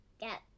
get